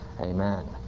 Amen